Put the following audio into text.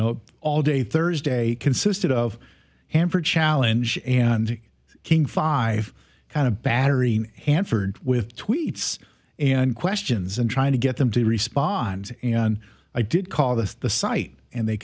know all day thursday consisted of ham for challenge and king five and a battery hanford with tweets and questions and trying to get them to respond and i did call this the site and they